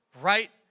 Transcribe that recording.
right